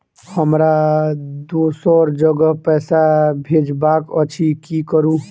हमरा दोसर जगह पैसा भेजबाक अछि की करू?